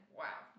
wow